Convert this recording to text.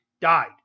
died